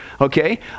okay